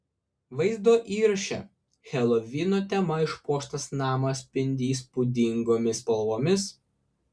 vaizdo įraše helovino tema išpuoštas namas spindi įspūdingomis spalvomis